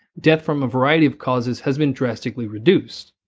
death from a variety of causes has been drastically reduced,